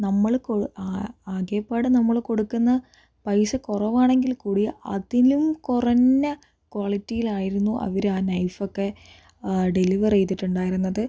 നമ്മൾ കൊഴു ആകെപ്പാടെ നമ്മൾ കൊടുക്കുന്ന പൈസ കുറവാണെങ്കിൽ കൂടി അതിലും കുറഞ്ഞ ക്വാളിറ്റീലായിരുന്നു അവർ ആ നൈഫൊക്കെ ഡെലിവറ് ചെയ്തിട്ടുണ്ടായിരുന്നത്